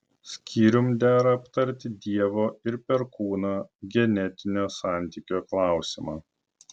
skyrium dera aptarti dievo ir perkūno genetinio santykio klausimą